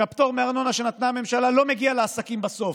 והפטור מארנונה שנתנה הממשלה לא מגיע לעסקים בסוף,